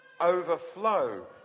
overflow